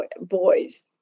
boys